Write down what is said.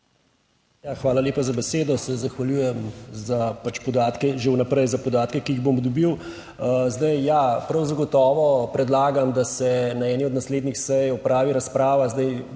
Hvala lepa za besedo. Se zahvaljujem že vnaprej za podatke, ki jih bom dobil. Ja, prav zagotovo predlagam, da se na eni od naslednjih sej opravi razprava. Zdaj, da bi samo